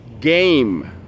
game